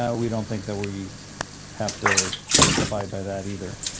ah we don't think that we have to abide by that either.